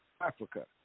Africa